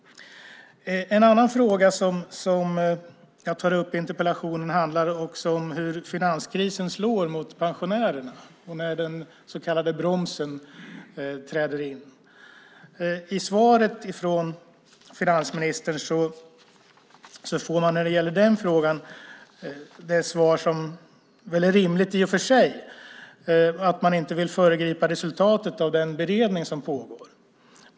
En annan fråga som jag tar upp i interpellationen handlar om hur finanskrisen slår mot pensionärerna och när den så kallade bromsen träder in. Svaret på den frågan från finansministern är väl i och för sig rimligt, det vill säga att man inte vill föregripa resultatet av den beredning som pågår.